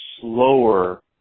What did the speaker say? slower